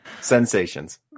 sensations